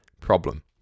problem